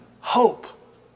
hope